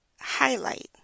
highlight